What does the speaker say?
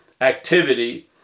activity